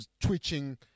twitching